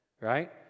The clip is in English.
right